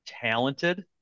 talented